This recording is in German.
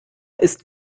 ist